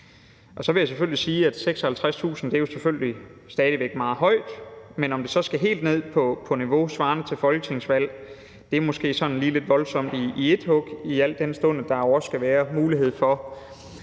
Og så vil jeg sige, at 56.000 jo selvfølgelig stadig væk er meget højt, men hvis det skal helt ned på et niveau svarende til det, der gælder ved folketingsvalg, er det måske sådan lidt voldsomt i ét hug, al den stund der jo også skal være mulighed for,